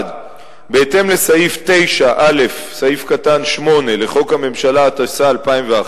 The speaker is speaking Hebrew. בהתאם לסעיף 9(א)(8) לחוק הממשלה, התשס"א 2001,